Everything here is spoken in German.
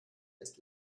ist